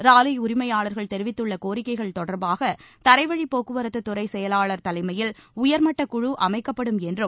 lorry உரிமையாளர்கள் தெரிவித்துள்ள கோரிக்கைகள் தொடர்பாக தரைவழி போக்குவரத்துத் துறை செயலாளர் தலைமையில் ஒரு உயர்மட்டக் குழு அமைக்கப்படும் என்றும்